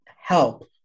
help